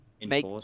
make